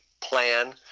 plan